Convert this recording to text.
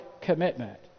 commitment